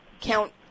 count